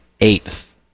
eighth